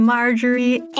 Marjorie